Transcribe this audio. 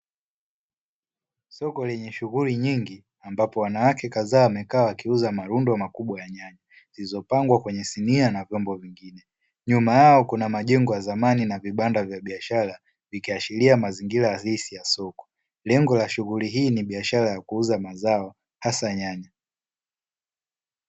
Soko lenye shughuli nyingi ambapo wanawake kadhaa wamekaa wakiuza marundo makubwa ya nyanya, zilizopangwa kwenye sinia na vyombo vingine, nyuma yao kuna majengo ya zamani na vibanda vya biashara vikiashiria mazingira halisi ya soko, lengo la shughuli hii ni biashara ya kuuza mazao hasa nyanya.